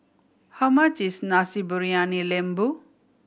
how much is Nasi Briyani Lembu